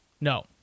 No